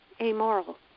amoral